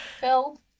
Phil